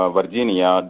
Virginia